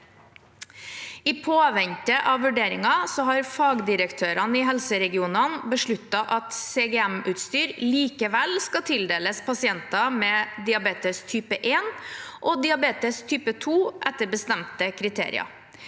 I påvente av vurderingen har fagdirektørene i helseregionene besluttet at CGM-utstyr likevel kan tildeles pasienter med diabetes type 1 og type 2 etter bestemte kriterier.